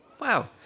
Wow